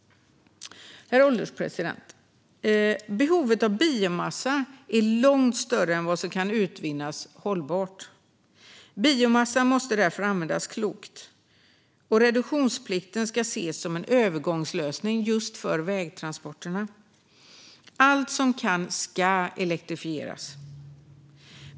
Herr ålderspresident! Behovet av biomassa är långt större än vad som kan utvinnas hållbart. Biomassan måste därför användas klokt. Reduktionsplikten ska ses som en övergångslösning för just vägtransporterna. Allt som kan ska elektrifieras.